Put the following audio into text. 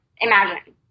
imagine